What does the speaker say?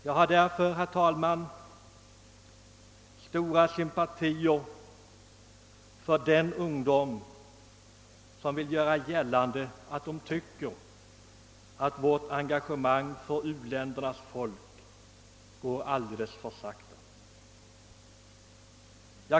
Jag har därför, herr talman, stora sympatier för den ungdom som gör gällande att vårt engagemang i uländerna är alltför ringa.